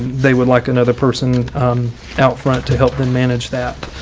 they would like another person out front to help them manage that.